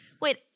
Wait